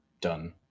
done